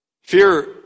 Fear